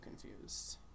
confused